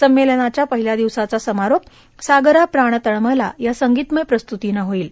संमेलनाच्या पहिल्या दिवसाचा समारोप सागरा प्राण तळमळला या संगीतमय प्रस्तुतीन होईल